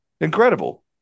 incredible